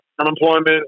Unemployment